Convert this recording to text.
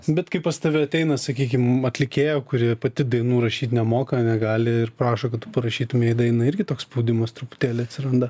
bet kai pas tave ateina sakykim atlikėja kuri pati dainų rašyti nemoka negali ir prašo kad tu parašytumei dainą irgi toks spaudimas truputėlį atsiranda